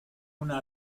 una